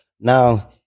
now-